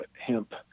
Hemp